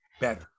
better